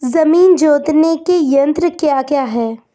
जमीन जोतने के यंत्र क्या क्या हैं?